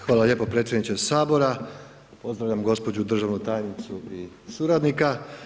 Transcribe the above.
Hvala lijepo predsjedniče Sabora, pozdravljam gđu. državnu tajnicu i suradnika.